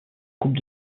coupe